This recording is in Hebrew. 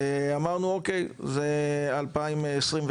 ואמרנו אוקיי, זה 2022,